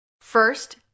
First